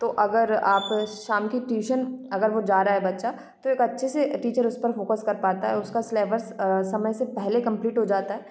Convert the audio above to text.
तो अगर आप शाम की ट्यूशन अगर वो जा रहा है बच्चा तो एक अच्छे से टीचर उस पर फोकस कर पाता है उसका सेलेबस समय से पहले कम्पलीट हो जाता है